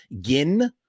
Gin